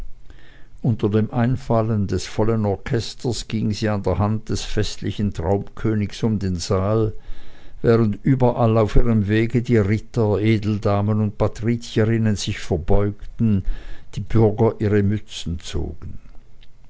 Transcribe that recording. unter dem einfallen des vollen orchesters ging sie an der hand des festlichen traumköniges um den saal während überall auf ihrem wege die ritter edeldamen und patrizierinnen sich verbeugten die bürger ihre mützen zogen